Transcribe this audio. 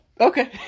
Okay